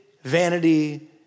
Vanity